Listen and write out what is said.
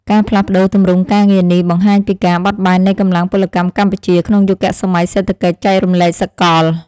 ការផ្លាស់ប្តូរទម្រង់ការងារនេះបង្ហាញពីការបត់បែននៃកម្លាំងពលកម្មកម្ពុជាក្នុងយុគសម័យសេដ្ឋកិច្ចចែករំលែកសកល។